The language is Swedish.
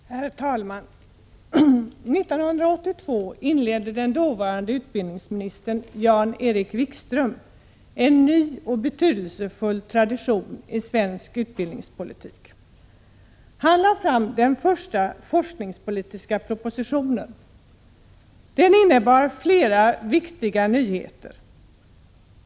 Herr talman! År 1982 inledde den dåvarande utbildningsministern Jan Erik Wikström en ny och betydelsefull tradition i svensk utbildningspolitik. Han lade fram den första forskningspolitiska propositionen. Den innebar flera viktiga nyheter.